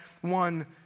one